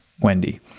Wendy